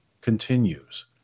continues